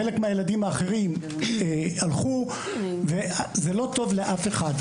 חלק מהילדים האחרים הלכו וזה לא טוב לאף אחד.